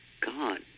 God